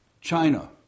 China